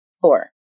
Four